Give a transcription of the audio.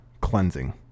cleansing